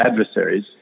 adversaries